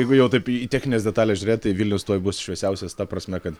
jeigu jau taip į technines detales žiūrėt tai vilnius tuoj bus šviesiausias ta prasme kad